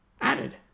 added